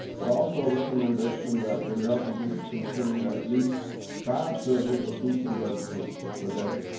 but also a recommendation that the american people consume at least five servings of fruits and vegetables per day.